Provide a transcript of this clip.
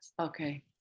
Okay